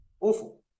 awful